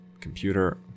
computer